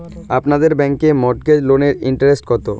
আপনাদের ব্যাংকে মর্টগেজ লোনের ইন্টারেস্ট কত?